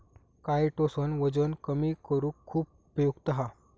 chitosan वजन कमी करुक खुप उपयुक्त हा